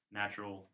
natural